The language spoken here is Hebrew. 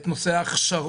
את נושא ההכשרות,